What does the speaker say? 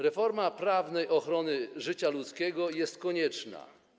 Reforma prawnej ochrony życia ludzkiego jest konieczna.